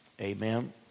Amen